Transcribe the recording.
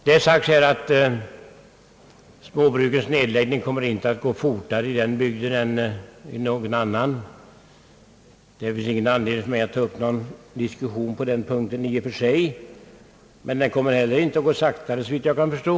Det har sagts att småbrukens nedläggning inte kommer att gå fortare i den bygden än i någon annan — i och för sig finns det ingen anledning att ta upp någon diskussion på den punkten — men den kommer inte heller att gå saktare, såvitt jag kan förstå.